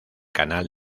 canal